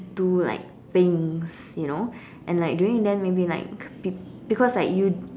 do like things you know and like during then maybe like be~ because like you